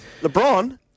LeBron